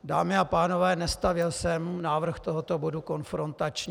Dámy a pánové, nestavěl jsem návrh tohoto bodu konfrontačně.